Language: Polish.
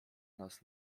nas